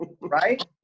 Right